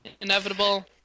Inevitable